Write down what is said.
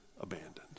abandoned